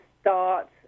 start